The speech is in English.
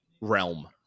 realm